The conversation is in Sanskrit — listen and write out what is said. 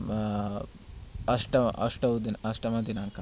अष्ट अष्टौ अष्टमदिनाङ्कः